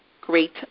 great